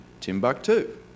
Timbuktu